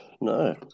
no